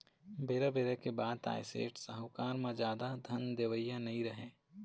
बेरा बेरा के बात आय सेठ, साहूकार म जादा धन देवइया नइ राहय